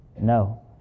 No